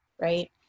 right